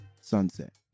sunset